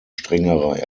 strengere